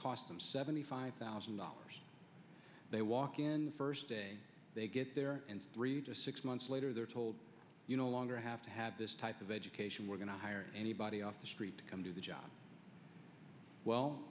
cost them seventy five thousand dollars they walk in the first day they get there and three to six months later they're told you no longer have to have this type of education we're going to hire anybody off the street to come do the job well